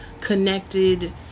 connected